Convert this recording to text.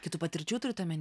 kitų patirčių turit omeny